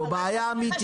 יש פה בעיה אמיתית